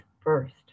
first